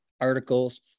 articles